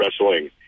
Wrestling